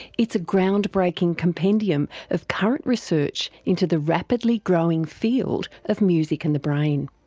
it's a ground-breaking compendium of current research into the rapidly growing field of music and the brain.